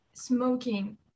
Smoking